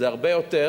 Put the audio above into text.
זה הרבה יותר